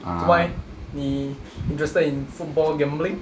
做么 leh 你 interested in football gambling